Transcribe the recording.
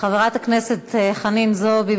חברת הכנסת חנין זועבי,